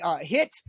hit